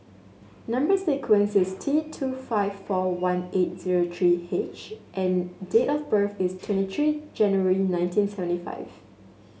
number sequence is T two five four one eight zero three H and date of birth is twenty three January nineteen seventy five